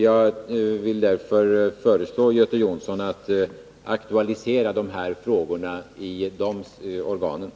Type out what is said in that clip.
Jag vill därför föreslå Göte Jonsson att aktualisera de här frågorna i dessa styrelser.